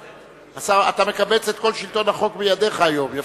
אתה מקבץ את כל שלטון החוק בידך היום.